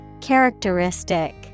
Characteristic